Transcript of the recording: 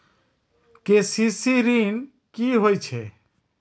KCC ॠन की होय छै?